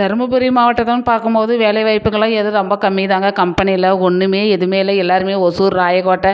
தருமபுரி மாவட்டத்தலாம் பார்க்கும் போது வேலைவாய்ப்புகள்லாம் ஏதோ ரொம்ப கம்மிதாங்க கம்பனி இல்லை ஒன்றுமே எதுமே இல்லை எல்லாருமே ஓசூர் ராயக்கோட்டை